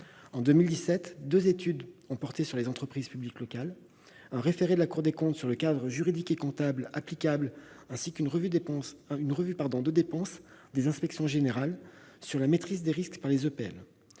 En 2017, deux études ont porté sur les entreprises publiques locales : un référé de la Cour des comptes sur le cadre juridique et comptable applicable, ainsi qu'une revue de dépenses des inspections générales sur la maîtrise des risques par les EPL.